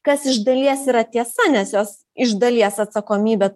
kas iš dalies yra tiesa nes jos iš dalies atsakomybę